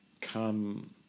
come